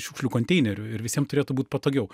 šiukšlių konteinerių ir visiem turėtų būt patogiau